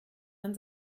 man